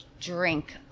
drink